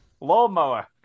lawnmower